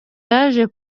yaje